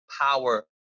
power